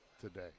today